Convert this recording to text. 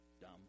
Dumb